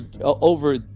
over